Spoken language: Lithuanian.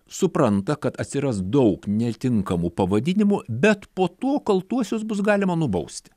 supranta kad atsiras daug netinkamų pavadinimų bet po to kaltuosius bus galima nubausti